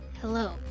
hello